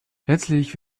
letztlich